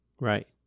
Right